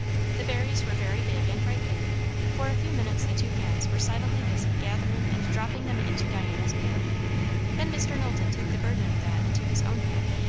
the berries were very big and ripe here for a few minutes the two hands were silently busy gathering and dropping them into diana's pail then mr. knowlton took the burden of that into his own hand.